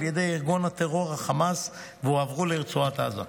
ידי ארגון הטרור חמאס והועברו לרצועת עזה.